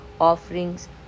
offerings